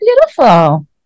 beautiful